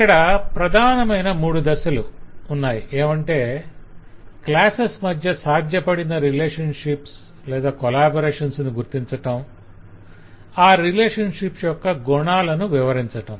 ఇక్కడ ప్రధానమైన మూడు దశలు ఏమంటే క్లాసెస్ మధ్య సాధ్యపడిన రిలేషన్షిప్స్ కొలాబరేషన్స్ ను గుర్తించడం ఆ రిలేషన్షిప్స్ యొక్క గుణాలను వివరించటం